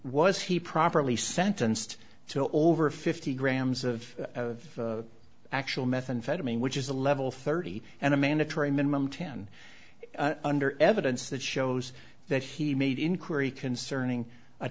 was he properly sentenced to over fifty grams of actual methamphetamine which is a level thirty and a mandatory minimum ten under evidence that shows that he made inquiry concerning a